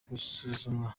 gusuzumwa